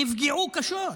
נפגעו קשות.